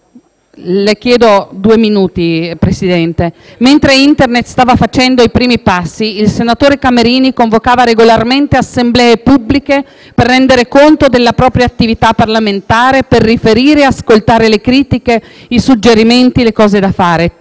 Non c'era nessuna intermediazione: mentre Internet stava facendo i primi passi, il senatore Camerini convocava regolarmente assemblee pubbliche per rendere conto della propria attività parlamentare, per riferire, ascoltare le critiche, i suggerimenti e le cose da fare.